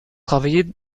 travailler